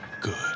good